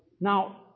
Now